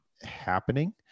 happening